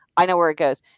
i know where it goes.